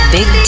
Big